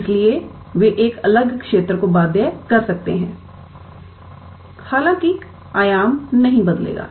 इसलिए वे एक अलग क्षेत्र को बाध्य कर सकते हैं हालाँकि आयाम नहीं बदलेगा